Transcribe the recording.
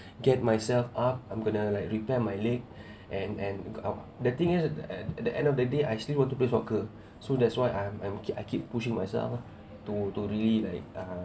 get myself up I'm going to like repair my leg and and the thing is that at the end of the day I still want to play soccer so that's why I'm I'm kee~ I keep pushing myself lah to to really like uh